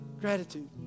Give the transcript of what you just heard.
Gratitude